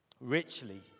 richly